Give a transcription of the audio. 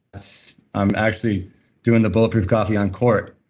ah so i'm actually doing the bulletproof coffee on court,